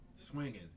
swinging